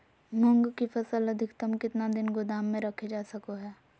मूंग की फसल अधिकतम कितना दिन गोदाम में रखे जा सको हय?